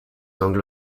anglo